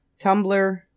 Tumblr